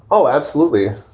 oh, absolutely.